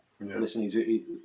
Listen